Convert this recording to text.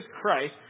Christ